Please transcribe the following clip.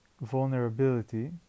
vulnerability